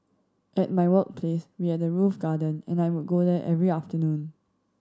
at my workplace we had a roof garden and I would go there every afternoon